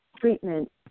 treatment